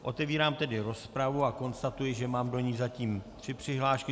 Otevírám tedy rozpravu a konstatuji, že mám do ní zatím tři přihlášky.